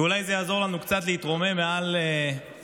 אולי זה יעזור לנו קצת להתרומם מעל מחלוקות